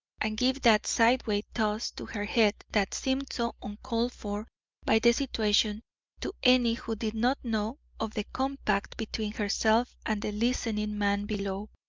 and give that sideways toss to her head that seemed so uncalled for by the situation to any who did not know of the compact between herself and the listening man below.